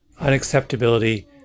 unacceptability